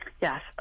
Yes